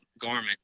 garment